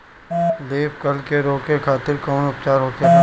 Leaf curl के रोके खातिर कउन उपचार होखेला?